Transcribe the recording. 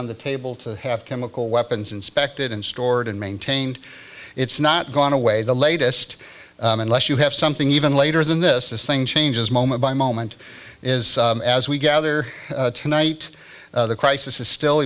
on the table to have chemical weapons inspected and stored and maintained it's not gone away the latest unless you have something even later than this this thing changes moment by moment is as we gather tonight the crisis is still